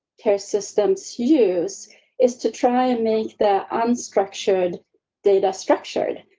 care system to use is to try and make the unstructured data structured.